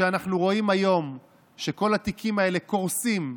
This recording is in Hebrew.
ואנחנו רואים היום שכל התיקים האלה קורסים.